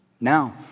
Now